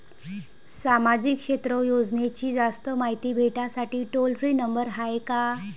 सामाजिक क्षेत्र योजनेची जास्त मायती भेटासाठी टोल फ्री नंबर हाय का?